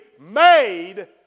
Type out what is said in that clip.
made